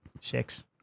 six